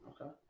Okay